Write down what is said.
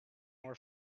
nor